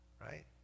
right